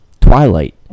Twilight